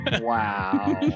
Wow